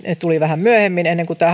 tulivat vähän myöhemmin ennen kuin tämä